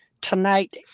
tonight